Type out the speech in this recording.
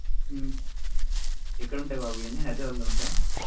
ఎక్కడ ఉంటాయి బాబు ఇవన్నీ హైదరాబాద్లో ఉంటాయా